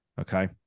Okay